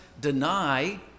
deny